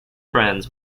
friends